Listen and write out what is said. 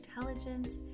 intelligence